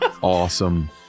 Awesome